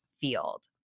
field